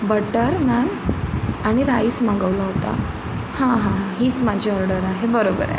butter naan आणि rice मागवला होता हां हां हीच माझी ऑर्डर आहे बरोबर आहे